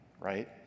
right